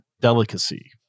delicacy